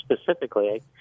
specifically